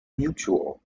mutual